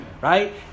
right